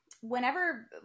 whenever